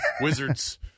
wizards